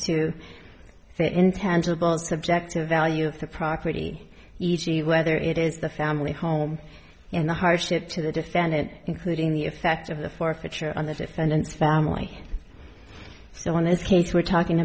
that intangible subjective value of the property e g whether it is the family home in the hardship to defend it including the effect of the forfeiture on the defendant's family so in this case we're talking